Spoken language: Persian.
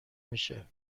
میشه